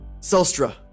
Sulstra